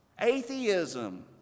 atheism